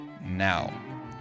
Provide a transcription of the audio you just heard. now